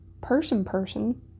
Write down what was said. person-person